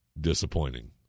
disappointing